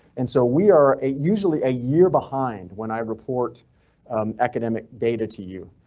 and so we are a usually a year behind. when i report academic data to you.